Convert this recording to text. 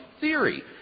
theory